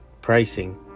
pricing